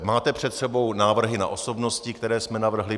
Máte před sebou návrhy na osobnosti, které jsme navrhli.